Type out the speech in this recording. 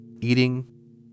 eating